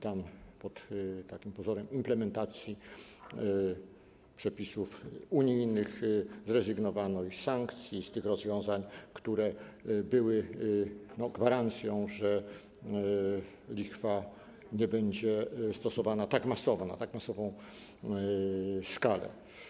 Tam pod pozorem implementacji przepisów unijnych zrezygnowano i z sankcji, i z tych rozwiązań, które były gwarancją, że lichwa nie będzie stosowana tak masowo, na tak masową skalę.